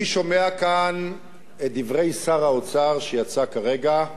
אני שומע כאן את דברי שר האוצר, שיצא כרגע,